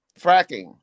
fracking